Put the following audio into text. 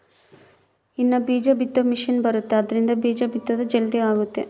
ಇನ್ನ ಬೀಜ ಬಿತ್ತೊ ಮಿಸೆನ್ ಬರುತ್ತ ಆದ್ರಿಂದ ಬೀಜ ಬಿತ್ತೊದು ಜಲ್ದೀ ಅಗುತ್ತ